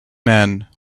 man